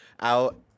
out